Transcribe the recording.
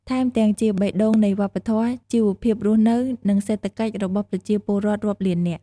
ថែមទាំងជាបេះដូងនៃវប្បធម៌ ជីវភាពរស់នៅ និងសេដ្ឋកិច្ចរបស់ប្រជាពលរដ្ឋរាប់លាននាក់។